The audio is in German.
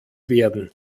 werden